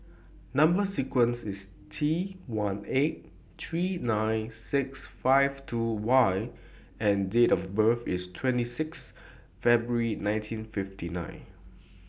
Number sequence IS T one eight three nine six five two Y and Date of birth IS twenty six February nineteen fifty nine